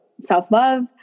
self-love